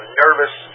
nervous